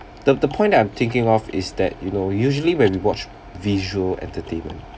the the point that I'm thinking of is that you know usually when we watch visual entertainment